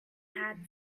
sad